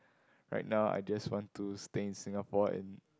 right now I just want to stay in Singapore and